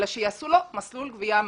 אלא שיעשו לו מסלול גבייה מתאים.